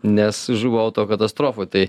nes žuvo auto katastrofoj tai